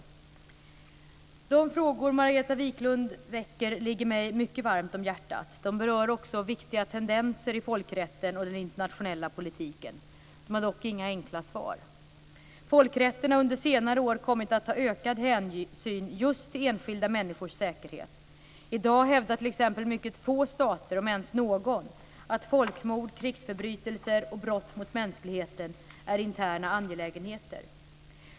De frågor Margareta Viklund väcker ligger mig mycket varmt om hjärtat. De berör också viktiga tendenser i folkrätten och den internationella politiken. De har dock inga enkla svar. Folkrätten har under senare år kommit att ta ökad hänsyn just till enskilda människors säkerhet. I dag hävdar t.ex. mycket få stater, om ens någon, att folkmord, krigsförbrytelser och brott mot mänskligheten är interna angelägenheter.